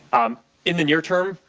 um in the near term,